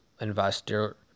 investor